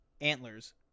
Antlers